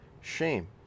shame